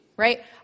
right